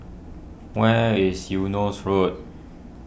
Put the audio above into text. where is Eunos Road